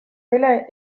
dela